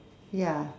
ya